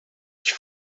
ich